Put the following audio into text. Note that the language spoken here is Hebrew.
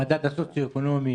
המדד הסוציואקונומי